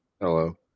Hello